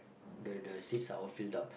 the the seats are all filled up